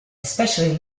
especially